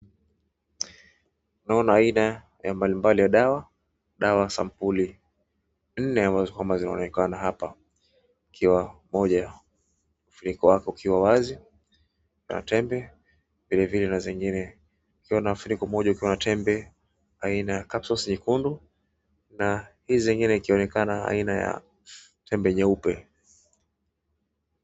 Naona aina mbalimbali za dawa, dawa sampuli nne ambazo zinaonekana hapa kuna moja ufuniko wake ukiwa wazi, na tembe, vile vile na zingine kukiwa na funiko moja ikiwa na tembe aina ya capsules nyekundu na hizi zingine ikionekana ni aina ya tembe nyeupe.